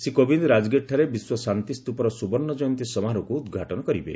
ଶ୍ରୀ କୋବିନ୍ଦ ରାଜଗିରିଠାରେ ବିଶ୍ୱ ଶାନ୍ତି ସ୍ତ୍ରପର ସୁବର୍ଣ୍ଣ ଜୟନ୍ତୀ ସମାରୋହକୁ ଉଦ୍ଘାଟନ କରିବେ